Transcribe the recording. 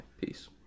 peace